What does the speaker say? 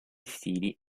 stili